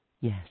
Yes